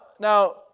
Now